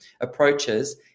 approaches